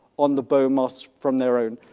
on the bomos from their own.